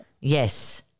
Yes